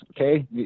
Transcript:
okay